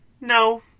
No